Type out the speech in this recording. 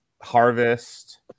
Harvest